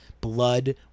blood